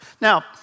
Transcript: Now